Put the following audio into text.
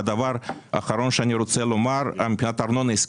והדבר האחרון שאני רוצה לומר זה בקשר לארנונה עסקית.